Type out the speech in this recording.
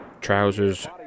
trousers